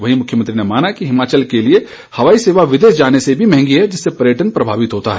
वहीं मुख्यमंत्री ने माना कि हिमाचल के लिए हवाई सेवा विदेश जाने से भी महंगी है जिससे पर्यटन प्रभावित होता है